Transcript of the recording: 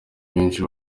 benshi